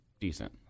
decent